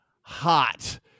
hot